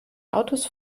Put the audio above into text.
autos